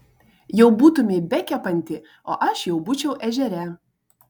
jau būtumei bekepanti o aš jau būčiau ežere